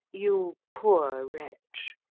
you poor wretch!